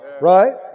Right